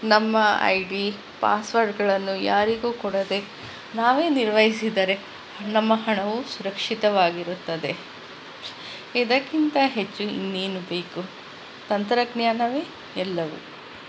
ನಮ್ಮ I D ಪಾಸ್ವರ್ಡ್ಗಳನ್ನು ಯಾರಿಗೂ ಕೊಡದೆ ನಾವೇ ನಿರ್ವಹಿಸಿದರೆ ನಮ್ಮ ಹಣವೂ ಸುರಕ್ಷಿತವಾಗಿರುತ್ತದೆ ಇದಕ್ಕಿಂತ ಹೆಚ್ಚು ಇನ್ನೇನು ಬೇಕು ತಂತ್ರಜ್ಞಾನವೇ ಎಲ್ಲವೂ